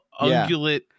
ungulate